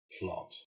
plot